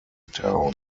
town